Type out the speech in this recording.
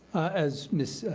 as ms.